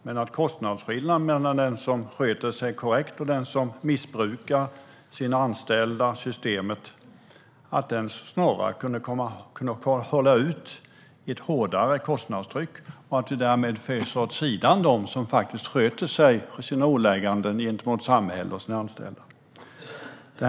Men när det gäller kostnadsskillnaden mellan dem som sköter sig korrekt och dem som missbrukar sina anställda och systemet kunde det väl snarare sättas ett hårdare kostnadstryck, så att vi därmed föser dem som faktiskt sköter sig och sina åligganden gentemot samhället och sina anställda åt sidan.